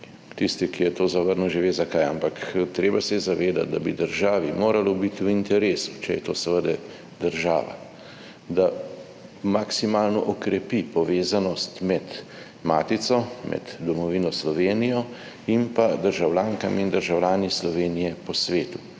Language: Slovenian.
Tisti, ki je to zavrnil že ve zakaj, ampak treba se je zavedati, da bi državi moralo biti v interesu, če je to seveda država. Da maksimalno okrepi povezanost med matico, med domovino Slovenijo in pa državljankami in državljani Slovenije po svetu